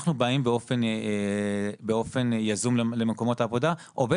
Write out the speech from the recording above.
אנחנו באים באופן יזום למקומות עבודה ועובד